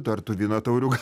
tortų vyno taurių gal